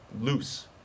Loose